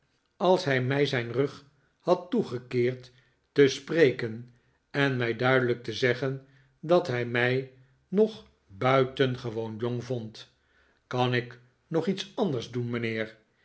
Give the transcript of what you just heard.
als hij mij zijn rug had toegekeerd te spreken en mij duidelijk te zeggen dat hij mij nog buitengewoon jong vond kan ik nog iets anders doen mijnheer